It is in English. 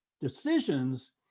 decisions